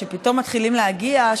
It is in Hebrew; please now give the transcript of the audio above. שפתאום מתחילים להגיע,